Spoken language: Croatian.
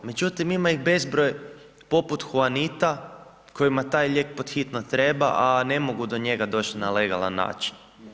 Međutim, ima ih bezbroj poput Huanita, kojima taj lijek pod hitno treba, a ne mogu do njega doći na legalan način.